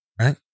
right